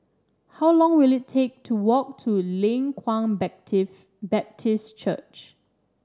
how long will it take to walk to Leng Kwang Baptist Church